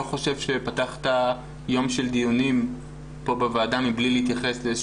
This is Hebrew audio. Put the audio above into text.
חושב שפתחת יום של דיונים פה בוועדה מבלי להתייחס לאיזה